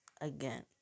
again